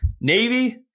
Navy